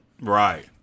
Right